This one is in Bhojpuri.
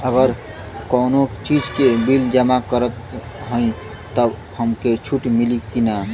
अगर कउनो चीज़ के बिल जमा करत हई तब हमके छूट मिली कि ना?